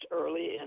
early